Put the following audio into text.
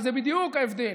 וזה בדיוק ההבדל.